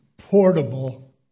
portable